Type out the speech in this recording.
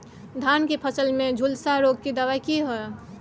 धान की फसल में झुलसा रोग की दबाय की हय?